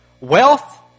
Wealth